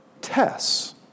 tests